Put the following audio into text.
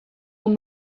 won